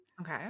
Okay